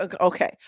Okay